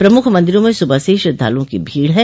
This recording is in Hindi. प्रमुख मंदिरों में सुबह से ही श्रद्वालुओं की भीड़ है